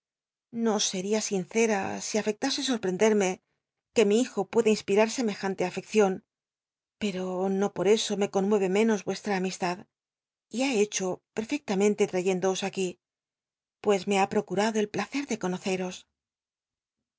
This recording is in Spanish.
l'io seria sincera si arectasc soi'j l'endcrme qne mi hijo pueda im pirar semejanle afeccion pero no por eso me conmueye menos vuestra amistad y ha hecho pcl'l'cctamenle trayéndoos aquí pues me ha procumdo el placer de conoceros